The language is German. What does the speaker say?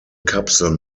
kapseln